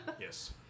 yes